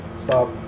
stop